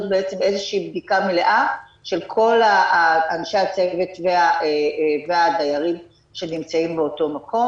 בעצם איזושהי בדיקה מלאה של כל אנשי צוות והדיירים שנמצאים באותו מקום.